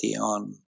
on